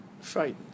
frightened